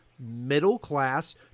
middle-class